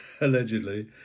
allegedly